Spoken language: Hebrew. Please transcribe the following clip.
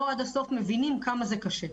לא עד הסוף מבינים כמה זה קשה.